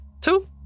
Two